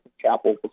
chapel